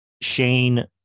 shane